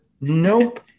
nope